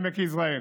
בעמק יזרעאל,